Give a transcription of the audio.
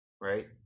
right